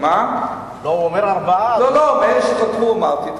לא, מאלה שחתמו אמרתי.